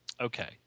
Okay